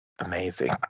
amazing